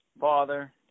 father